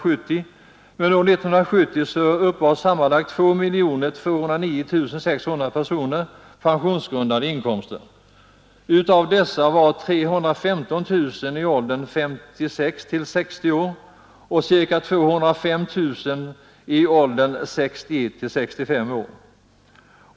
År 1970 uppbar sammanlagt 2 209 600 personer pensionsgrundande inkomster. Av dessa var 315 000 i åldern 56 till 60 år och ca 205 000 i åldern 61 till 65 år.